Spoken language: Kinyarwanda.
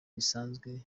bisanzwe